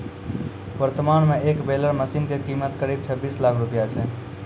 वर्तमान मॅ एक बेलर मशीन के कीमत करीब छब्बीस लाख रूपया छै